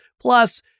Plus